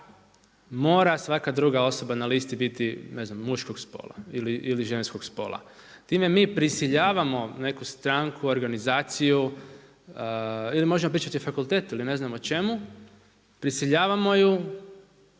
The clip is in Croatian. svaka druga osoba na listi biti ne znam muškog spola ili ženskog spola. Time mi prisiljavamo neku stranku, organizaciju ili možemo pričati o fakultetu ili ne znam o čemu, prisiljavamo ju